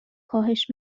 کاهش